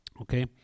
Okay